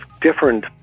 different